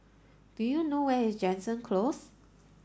do you know where is Jansen Close